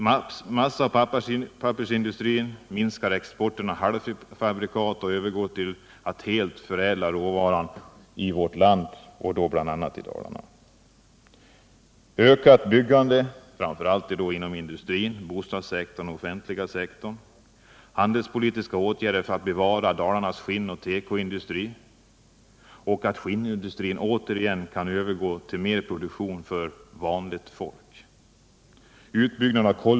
— Massaoch pappersindustrin minskar exporten av halvfabrikat och övergår till att helt förädla råvaran i vårt land, bl.a. i Dalarna.